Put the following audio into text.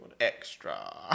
Extra